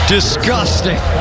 Disgusting